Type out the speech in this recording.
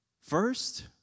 First